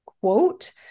quote